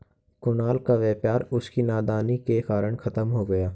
कुणाल का व्यापार उसकी नादानी के कारण खत्म हो गया